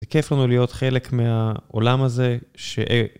כיף לנו להיות חלק מהעולם הזה ש...